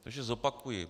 Takže zopakuji.